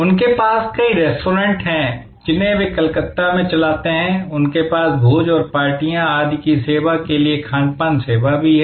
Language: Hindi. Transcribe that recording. उनके पास कई रेस्तरां हैं जिन्हें वे कलकत्ता में चलाते हैं उनके पास भोज और पार्टियों आदि की सेवा के लिए खानपान सेवा भी है